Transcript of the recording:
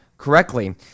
correctly